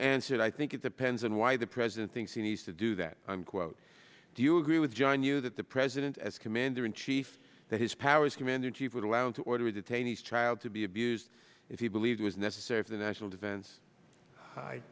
answered i think it depends on why the president thinks he needs to do that i'm quote do you agree with john yoo that the president as commander in chief that his power as commander in chief would allow him to order detainees child to be abused if he believed was necessary for the national defense i